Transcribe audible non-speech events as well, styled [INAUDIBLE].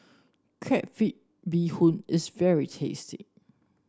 Crab [UNINTELLIGIBLE] Bee Hoon is very tasty